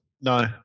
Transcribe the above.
No